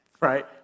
Right